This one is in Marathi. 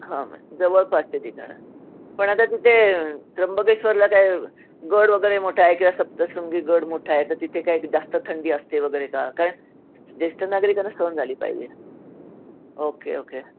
हां मग जवळपासची ठिकाणं पण आता तिथे त्र्यंबकेश्वरला काय गड वगैरे मोठा आहे किंवा सप्तशृंगी गड मोठा आहे तर तिथे काय जास्त थंडी असते वगैरे का काय ज्येष्ठ नागरिकांना सहन झाली पाहिजे ओके ओके